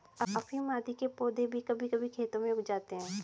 अफीम आदि के पौधे भी कभी कभी खेतों में उग जाते हैं